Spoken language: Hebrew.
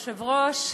כבוד היושב-ראש,